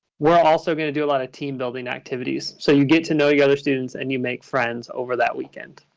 we're also going to do a lot of team building activities. so you get to know the other students and you make friends over that weekend?